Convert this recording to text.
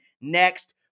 next